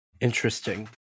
Interesting